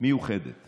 ומיוחדת